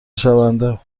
شونده